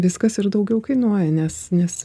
viskas ir daugiau kainuoja nes nes